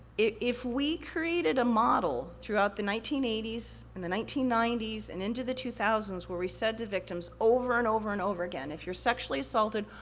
if we created a model throughout the nineteen eighty s, and the nineteen ninety s, and into the two thousand s, where we said to victims over and over and over again, if you're sexually assaulted,